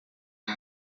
aha